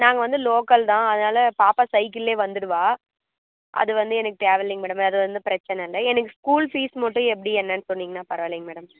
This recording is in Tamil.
நாங்கள் வந்து லோக்கல் தான் அதனால பாப்பா சைக்கிளிலே வந்திடுவாள் அது வந்து எனக்கு தேவையில்லைங்க அது வந்து பிரச்சின இல்லை எனக்கு ஸ்கூல் ஃபீஸ் மட்டும் எப்படி என்னெனு சொன்னீங்கன்னால் பரவாயில்லீங்க மேடம்